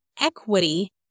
equity